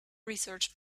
research